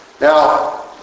Now